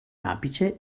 apice